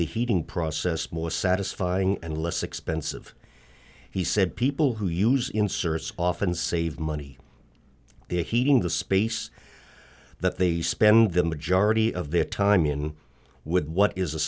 the heating process more satisfying and less expensive he said people who use inserts often save money the heating the space that they spend the majority of their time in with what is